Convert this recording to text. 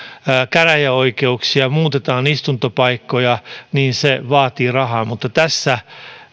käräjäoikeuksia ja muutetaan istuntopaikkoja niin se vaatii rahaa mutta tässä